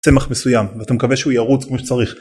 צמח מסוים ואתה מקווה שהוא ירוץ כמו שצריך.